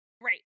Right